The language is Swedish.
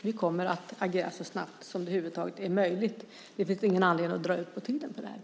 Vi kommer att agera så snabbt som det över huvud taget är möjligt. Det finns ingen anledning att dra ut på tiden med detta.